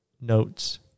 notes